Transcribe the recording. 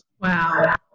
Wow